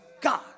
God